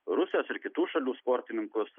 rusijos ir kitų šalių sportininkus